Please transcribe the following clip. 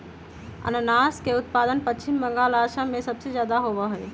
अनानस के उत्पादन पश्चिम बंगाल, असम में सबसे ज्यादा होबा हई